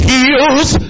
Heels